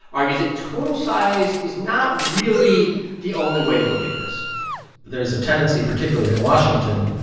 argues that total size is not really the only way to look at this there is a tendency, particularly in washington,